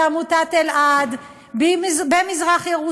בעמותת אלע"ד במזרח-ירושלים.